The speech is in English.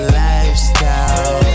lifestyle